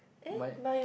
my